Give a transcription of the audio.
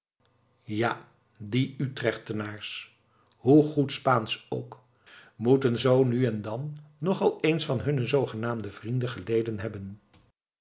ja die utrechtenaars hoe goed spaansch ook moeten zoo nu en dan nog al eens wat van hunne zoogenaamde vrienden geleden hebben